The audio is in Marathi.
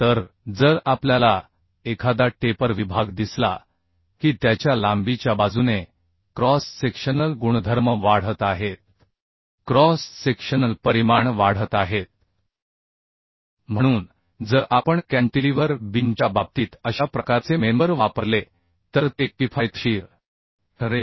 तर जर आपल्याला एखादा टेपर विभाग दिसला की त्याच्या लांबीच्या बाजूने क्रॉस सेक्शनल गुणधर्म वाढत आहेत क्रॉस सेक्शनल परिमाण वाढत आहेत म्हणून जर आपण कॅन्टिलीव्हर बीमच्या बाबतीत अशा प्रकारचे मेंबर वापरले तर ते किफायतशीर ठरेल